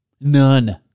None